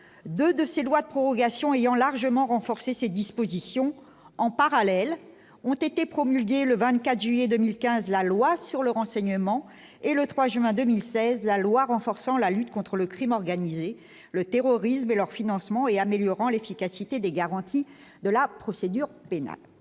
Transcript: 2 de ces lois de prorogation ayant largement renforcé ces dispositions en parallèle ont été promulguées le 24 juillet 2015 la loi sur le renseignement et le 3 juin 2016 la loi renforçant la lutte contre le Crime organisé, le terrorisme et leur financement et améliorant l'efficacité des garanties de la procédure pénale,